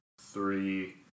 three